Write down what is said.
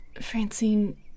Francine